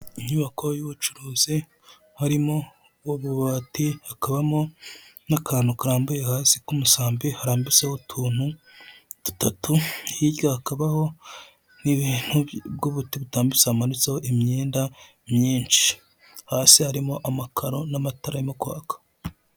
Ni nyubako y'ubucuruzi harimo ububati, hakabamo n'akantu karambuye hasi ku musambi harambitse utuntu dutatu, hirya hakabaho bw'ubuti butambitse hamanitseho imyenda myinshi, hasi harimo amakaro n'amatarama arimo kwaka.